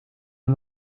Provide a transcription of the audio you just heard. een